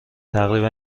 تقریبا